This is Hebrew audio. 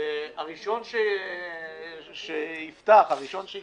הראשון שיפתח, הראשון שייכנס,